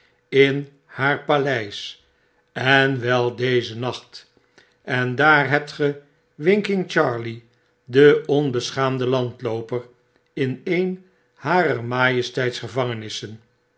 in haar paleis en wel dezen nacht en daar hebt ge winking charley de onbeschaamde landlooper in een van harer majesteit's gevangenissen